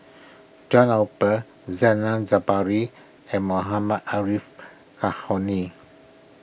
John Eber Zainal Sapari and Mohammad Arif